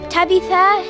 Tabitha